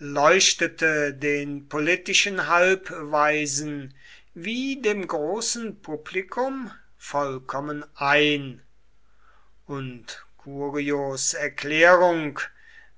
leuchtete den politischen halbweisen wie dem großen publikum vollkommen ein und curios erklärung